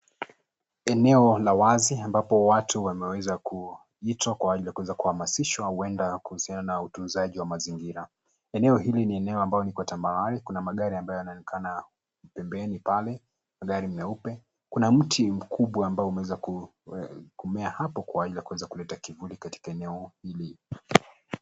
Eneo la wazi ambapo watu wameweza kuitwa kwa ajili ya kuweza kuhamasishwa, huenda kuhusiana na utunzaji wa mazingira. Eneo hili ni eneo ambalo liko tambarare, kuna magari ambayo yanaonekana pembeni pale magari meupe. Kuna mti mkubwa ambao umeweza kumea hapo kwa ajili ya kuweza kuleta kivuli katika eneo hili.